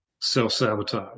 Self-sabotage